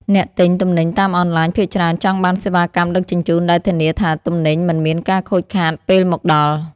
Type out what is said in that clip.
អ្នកទិញទំនិញតាមអនឡាញភាគច្រើនចង់បានសេវាកម្មដឹកជញ្ជូនដែលធានាថាទំនិញមិនមានការខូចខាតពេលមកដល់។